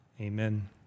Amen